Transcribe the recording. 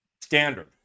Standard